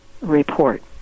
Report